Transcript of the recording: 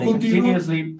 continuously